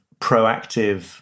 proactive